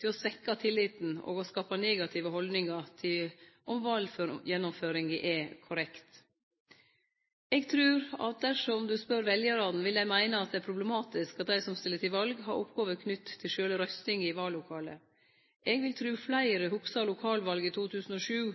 til å svekkje tilliten og skape negative haldningar til om valgjennomføringa er korrekt. Eg trur at dersom ein spør veljarane, vil dei meine at det er problematisk at dei som stiller til val, har oppgåver knytte til sjølve røystinga i vallokalet. Eg vil tru at fleire hugsar lokalvalet i 2007.